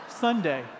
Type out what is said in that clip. Sunday